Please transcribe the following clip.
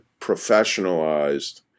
professionalized